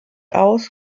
aus